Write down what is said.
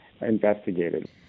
investigated